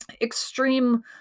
extreme